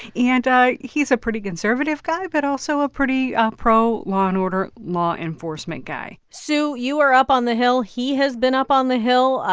and he's a pretty conservative guy but also a pretty pro-law-and-order, law-enforcement guy sue, you are up on the hill. he has been up on the hill.